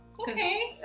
okay.